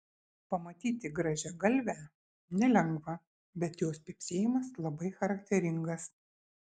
pamatyti grąžiagalvę nelengva bet jos pypsėjimas labai charakteringas